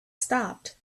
stopped